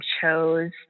chose